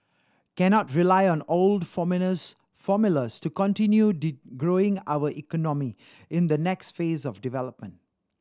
cannot rely on old formulas to continue growing our economy in the next phase of development